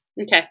Okay